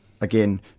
again